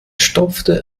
stopfte